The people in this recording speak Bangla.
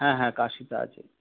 হ্যাঁ হ্যাঁ কাশিটা আছে